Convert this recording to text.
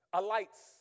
alights